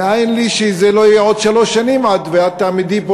מנין לי שזה לא יהיה עוד שלוש שנים, ואת תעמדי פה,